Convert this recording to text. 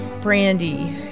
Brandy